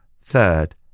Third